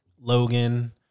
Logan